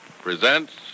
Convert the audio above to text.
presents